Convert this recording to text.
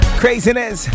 craziness